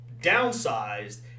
downsized